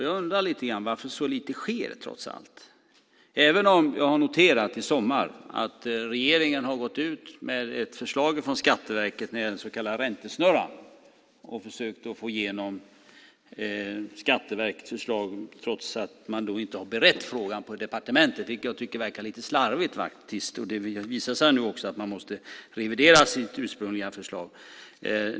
Jag undrar lite grann varför så lite sker trots allt, även om jag i sommar har noterat att regeringen har gått ut med ett förslag från Skatteverket när det gäller den så kallade räntesnurran och försökt att få igenom Skatteverkets förslag trots att man inte har berett frågan på departementet. Det tycker jag faktiskt tycker verkar vara lite slarvigt. Det har nu också visat sig att man måste revidera sitt ursprungliga förslag.